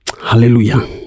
Hallelujah